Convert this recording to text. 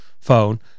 phone